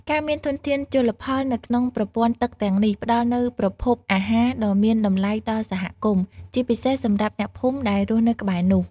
ការមានធនធានជលផលនៅក្នុងប្រព័ន្ធទឹកទាំងនេះ ផ្តល់នូវប្រភពអាហារដ៏មានតម្លៃដល់សហគមន៍ ជាពិសេសសម្រាប់អ្នកភូមិដែលរស់នៅក្បែរនោះ។